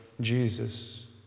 Jesus